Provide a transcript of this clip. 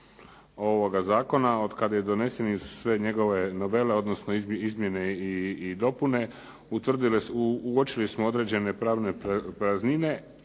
ovoga zakona od kada su donesene sve njegove novele odnosno izmjene i dopune uočili smo određene pravne praznine